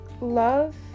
love